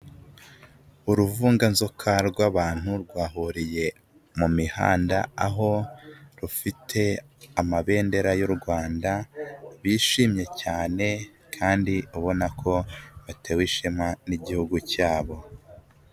Uruvunganzoka rw'abantu rwahuriye mu mihanda aho rufite amabendera y'u Rwanda bishimye cyane, kandi ubona ko batewe ishema n'igihugu cyabo.